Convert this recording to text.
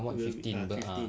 it will be ah fifteen